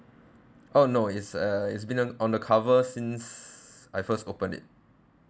oh no it's uh it's been on a cover since I first open it